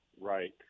right